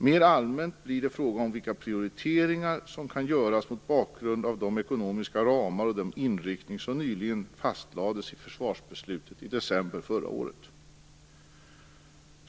Mer allmänt blir det fråga om vilka prioriteringar som kan göras mot bakgrund av de ekonomiska ramar och den inriktning som nyligen fastlades i försvarsbeslutet i december förra året.